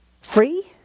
Free